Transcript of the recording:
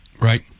Right